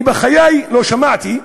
אני בחיי לא שמעתי,